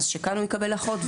אז שכאן הוא יקבל אחות,